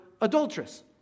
adulteress